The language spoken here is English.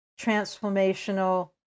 transformational